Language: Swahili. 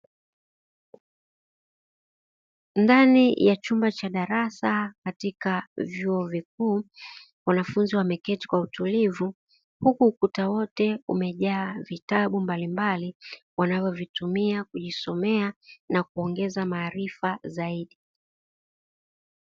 Ndani ya chumba cha darasa katika vyuo vikuu, wanafunzi wameketi kwa utulivu, huku ukuta wote umejaa vitabu mbalimbali wanavyovitumia kujisomea na kuongeza maarifa zaidi.